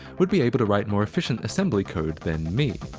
would be able to write more efficient assembly code than me.